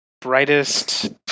Brightest